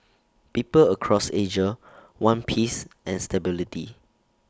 people across Asia want peace and stability